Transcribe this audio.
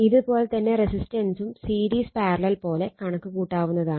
ഇത് പോലെ തന്നെ റെസിസ്റ്റൻസും സീരീസ് പാരലൽ പോലെ കണക്ക് കൂട്ടാവുന്നതാണ്